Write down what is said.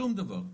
שום דבר.